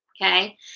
Okay